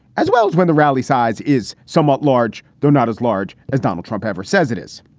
as well as when the rally size is somewhat large, though not as large as donald trump ever says it is.